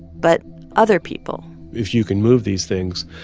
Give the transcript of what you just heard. but other people if you can move these things,